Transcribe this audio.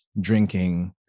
drinking